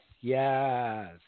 yes